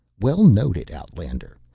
well noted, outlander.